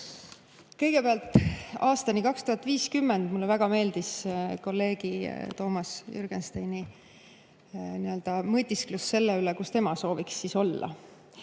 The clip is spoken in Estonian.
Kõigepealt, mulle väga meeldis kolleegi Toomas Jürgensteini mõtisklus selle üle, kus tema sooviks olla